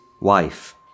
wife